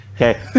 Okay